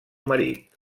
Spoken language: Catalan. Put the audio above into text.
marit